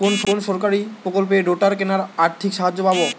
কোন সরকারী প্রকল্পে রোটার কেনার আর্থিক সাহায্য পাব?